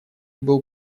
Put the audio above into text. был